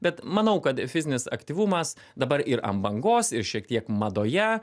bet manau kad fizinis aktyvumas dabar ir ant bangos ir šiek tiek madoje